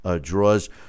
draws